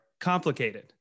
complicated